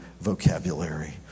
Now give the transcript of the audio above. vocabulary